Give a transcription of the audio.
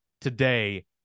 today